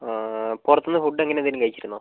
ആ പുറത്തുനിന്ന് ഫുഡ് അങ്ങനെ എന്തെങ്കിലും കഴിച്ചിരുന്നോ